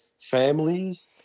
families